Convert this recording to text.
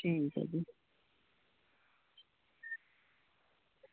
ठीक ऐ जी